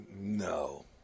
No